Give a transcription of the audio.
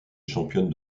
championne